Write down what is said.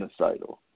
genocidal